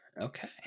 okay